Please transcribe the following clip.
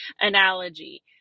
analogy